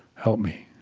help me.